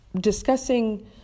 discussing